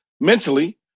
mentally